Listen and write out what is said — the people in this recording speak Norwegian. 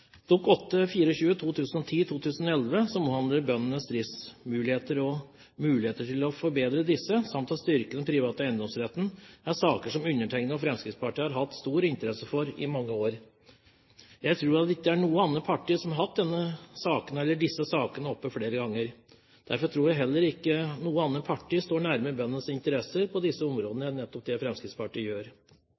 omhandler bøndenes driftsmuligheter og muligheter til å forbedre disse, samt å styrke den private eiendomsretten, er saker som undertegnede og Fremskrittspartiet har hatt stor interesse for i mange år. Jeg tror ikke det er noe annet parti som har hatt disse sakene oppe flere ganger, og derfor tror jeg heller ikke noe annet parti står nærmere bøndenes interesser på disse områdene enn nettopp det Fremskrittspartiet gjør.